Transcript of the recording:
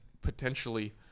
potentially